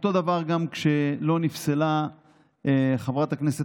אותו דבר גם כשלא נפסלה חברת הכנסת